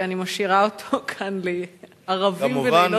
שאני משאירה אותו כאן ערבים ולילות רבים.